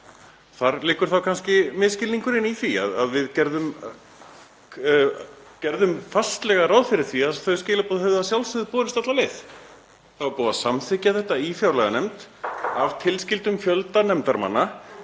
Þar liggur kannski misskilningurinn, í því að við gerðum fastlega ráð fyrir því að þau skilaboð hefðu borist alla leið. Það var búið að samþykkja þetta í fjárlaganefnd af tilskildum fjölda nefndarmanna